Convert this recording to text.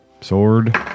Sword